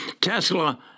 Tesla